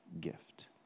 gift